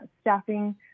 staffing